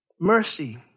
Mercy